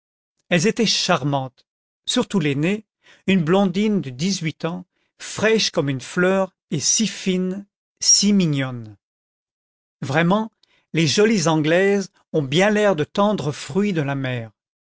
elles étaient charmantes surtout l'aînée une blondine de dix-huit ans fraîche comme une fleur et si fine si mignonne vraiment les jolies anglaises ont bien l'air de tendres fruits de la mer